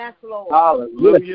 Hallelujah